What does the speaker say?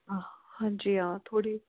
हां जी हां थोह्ड़ी